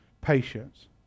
patience